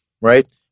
right